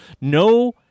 No